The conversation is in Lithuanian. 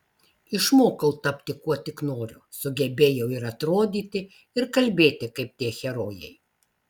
išmokau tapti kuo tik noriu sugebėjau ir atrodyti ir kalbėti kaip tie herojai